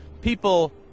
people